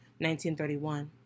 1931